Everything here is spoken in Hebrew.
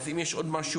אז אם יש עוד משהו,